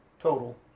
total